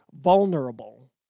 vulnerable